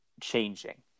changing